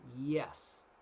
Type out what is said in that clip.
Yes